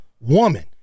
woman